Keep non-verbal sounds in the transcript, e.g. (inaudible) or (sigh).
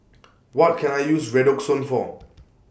(noise) What Can I use Redoxon For